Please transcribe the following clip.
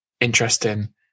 interesting